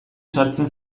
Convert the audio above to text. sartzen